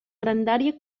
grandària